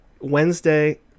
wednesday